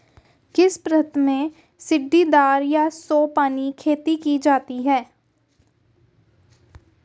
किस प्रांत में सीढ़ीदार या सोपानी खेती की जाती है?